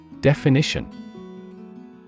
Definition